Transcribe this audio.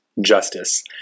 justice